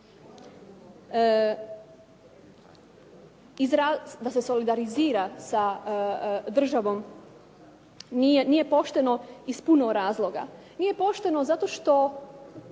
da se solidarizira sa državom nije pošteno iz puno razloga. nije pošteno zato što